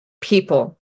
people